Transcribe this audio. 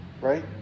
right